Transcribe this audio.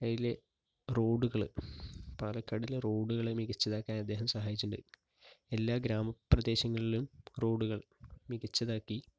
അതിലെ റോഡുകൾ പാലക്കാടിലെ റോഡുകൾ മികച്ചതാക്കാൻ അദ്ദേഹം സഹായിച്ചിട്ടുണ്ട് എല്ലാ ഗ്രാമ പ്രദേശങ്ങളിലും റോഡുകൾ മികച്ചതാക്കി